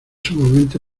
sumamente